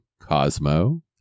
Cosmo